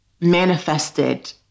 manifested